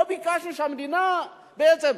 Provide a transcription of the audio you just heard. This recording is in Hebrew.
לא ביקשנו שהמדינה, בעצם,